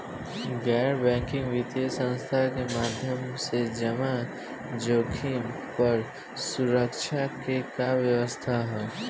गैर बैंकिंग वित्तीय संस्था के माध्यम से जमा जोखिम पर सुरक्षा के का व्यवस्था ह?